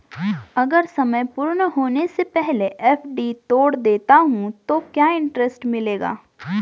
अगर समय पूर्ण होने से पहले एफ.डी तोड़ देता हूँ तो क्या इंट्रेस्ट मिलेगा?